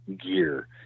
gear